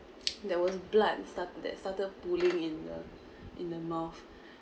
there was blood start that started pooling in the in the mouth